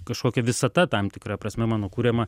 kažkokia visata tam tikra prasme mano kuriama